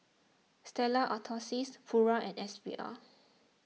Stella Artois Pura and S V R